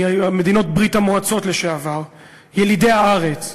ממדינות ברית-המועצות לשעבר, ילידי הארץ,